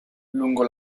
lungo